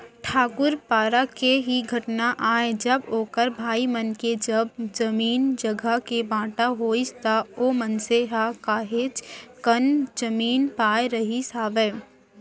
ठाकूर पारा के ही घटना आय जब ओखर भाई मन के जब जमीन जघा के बाँटा होइस त ओ मनसे ह काहेच कन जमीन पाय रहिस हावय